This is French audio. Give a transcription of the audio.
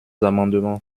amendements